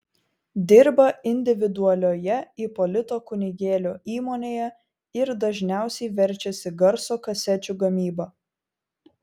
dirba individualioje ipolito kunigėlio įmonėje ir dažniausiai verčiasi garso kasečių gamyba